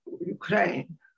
Ukraine